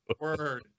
word